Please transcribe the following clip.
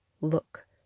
look